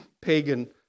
pagan